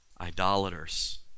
idolaters